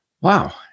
Wow